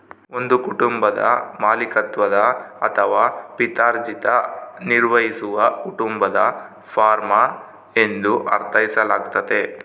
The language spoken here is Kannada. ಒಂದು ಕುಟುಂಬದ ಮಾಲೀಕತ್ವದ ಅಥವಾ ಪಿತ್ರಾರ್ಜಿತ ನಿರ್ವಹಿಸುವ ಕುಟುಂಬದ ಫಾರ್ಮ ಎಂದು ಅರ್ಥೈಸಲಾಗ್ತತೆ